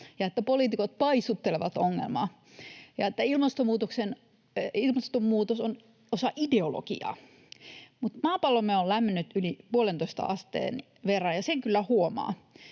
ja että poliitikot paisuttelevat ongelmaa ja että ilmastonmuutos on osa ideologiaa. Mutta maapallomme on lämmennyt yli puolentoista asteen verran, ja sen kyllä huomaa.